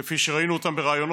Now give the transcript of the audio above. כפי שראינו אותם בראיונות,